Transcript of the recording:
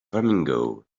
flamingos